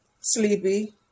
Sleepy